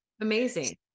Amazing